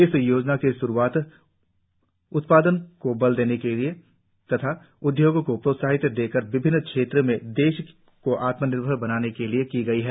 इस योजना की श्रूआत उत्पादन को बल देने के लिए उद्योगों को प्रोत्साहन देकर विभिन्न क्षेत्रों में देश को आत्मनिर्भर बनाने के लिए की गई है